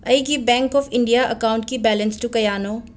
ꯑꯩꯒꯤ bank of India ꯑꯦꯀꯥꯎꯟꯠꯀꯤ ꯕꯦꯂꯦꯟꯁꯇꯨ ꯀꯌꯥꯅꯣ